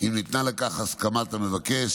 אם ניתנה לכך הסכמת המבקש,